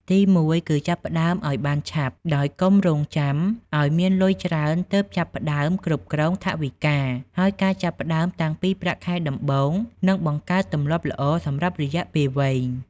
ទីមួយគឺចាប់ផ្តើមឱ្យបានឆាប់ ដោយកុំរង់ចាំឱ្យមានលុយច្រើនទើបចាប់ផ្តើមគ្រប់គ្រងថវិកា ហើយការចាប់ផ្តើមតាំងពីប្រាក់ខែដំបូង នឹងបង្កើតទម្លាប់ល្អសម្រាប់រយៈពេលវែង។